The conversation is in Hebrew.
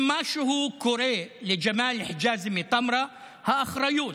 אם משהו קורה לג'מאל חיג'אזי מטמרה, האחריות,